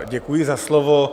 Děkuji za slovo.